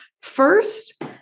First